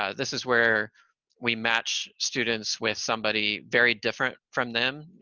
ah this is where we match students with somebody very different from them.